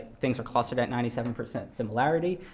things are clustered at ninety seven percent similarity.